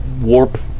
Warp